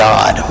God